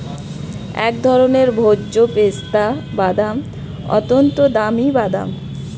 এক ধরনের ভোজ্য পেস্তা বাদাম, অত্যন্ত দামি বাদাম